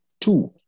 Two